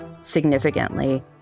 significantly